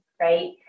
right